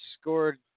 scored